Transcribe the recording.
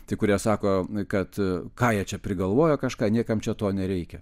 tie kurie sako kad ką jie čia prigalvojo kažką niekam čia to nereikia